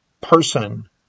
person